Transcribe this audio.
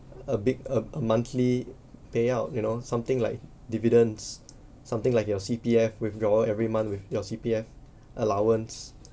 a big a a monthly payout you know something like dividends something like your C_P_F withdrawal every month with your C_P_F allowance